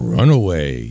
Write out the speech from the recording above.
Runaway